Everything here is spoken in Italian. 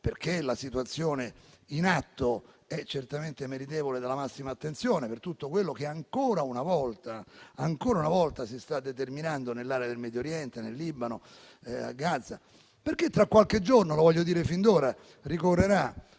La situazione in atto è certamente meritevole della massima attenzione per tutto quello che, ancora una volta, si sta determinando nell'area del Medio Oriente, nel Libano, a Gaza. Tra qualche giorno - lo voglio dire fin d'ora - ricorrerà